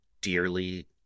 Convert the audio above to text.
dearly